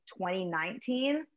2019